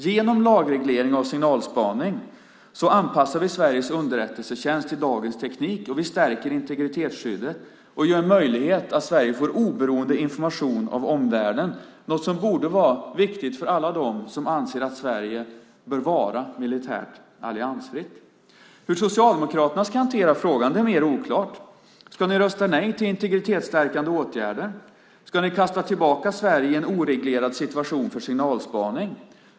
Genom lagreglering av signalspaning anpassar vi Sveriges underrättelsetjänst till dagens teknik, stärker integritetsskyddet och möjliggör för Sverige att få oberoende information om omvärlden - något som borde vara viktigt för alla dem som anser att Sverige bör vara militärt alliansfritt. Hur Socialdemokraterna ska hantera frågan är mer oklart. Ska ni rösta nej till integritetsstärkande åtgärder? Ska ni kasta tillbaka Sverige i en oreglerad situation för signalspaning?